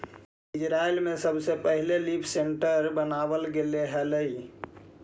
Israel में सबसे पहिले लीफ सेंसर बनाबल गेले हलई